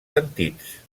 sentits